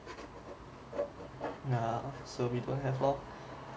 ya so we don't have lor